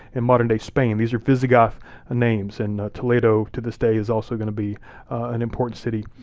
in modern day spain. these are visigoth ah names. and toledo, to this day, is also gonna be an important city.